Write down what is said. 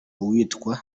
uwitwa